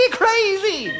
crazy